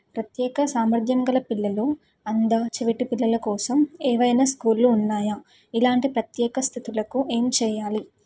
ప్రత్యేక సామర్ధ్యం గల పిల్లలు అంధా చెవిటి పిల్లల కోసం ఏవైనా స్కూళ్ళు ఉన్నాయా ఇలాంటి ప్రత్యేక స్థితులకు ఏం చేయాలి